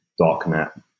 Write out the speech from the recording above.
darknet